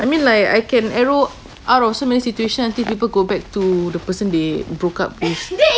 I mean like I can arrow out of so many situation until people go back to the person they broke up with